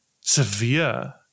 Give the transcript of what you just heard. severe